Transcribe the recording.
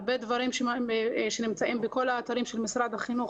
הרבה דברים שנמצאים בכל האתרים של משרד החינוך,